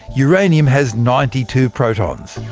uranium has ninety two protons.